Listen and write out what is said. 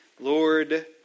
Lord